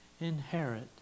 inherit